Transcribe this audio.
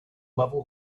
level